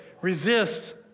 resists